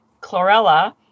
Chlorella